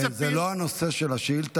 זה לא הנושא של השאילתה,